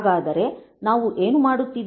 ಹಾಗಾದರೆ ನಾವು ಏನು ಮಾಡುತ್ತಿದ್ದೇವೆ